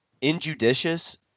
injudicious